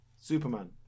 Superman